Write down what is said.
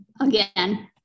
again